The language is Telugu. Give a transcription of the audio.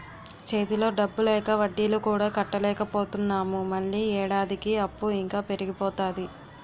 చేతిలో డబ్బు లేక వడ్డీలు కూడా కట్టలేకపోతున్నాము మళ్ళీ ఏడాదికి అప్పు ఇంకా పెరిగిపోతాది